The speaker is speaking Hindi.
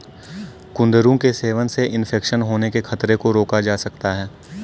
कुंदरू के सेवन से इन्फेक्शन होने के खतरे को रोका जा सकता है